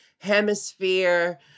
hemisphere